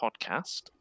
podcast